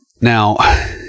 Now